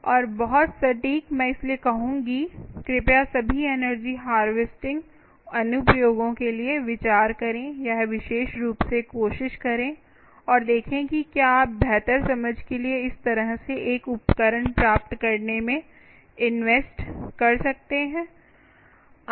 और बहुत सटीक मैं इसलिए कहूंगी कृपया सभी एनर्जी हार्वेस्टिंग अनुप्रयोगों के लिए विचार करें यह विशेष रूप से कोशिश करें और देखें कि क्या आप बेहतर समझ के लिए इस तरह से एक उपकरण प्राप्त करने में इन्वेस्ट कर सकते हैं